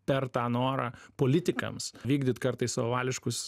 per tą norą politikams vykdyt kartais savavališkus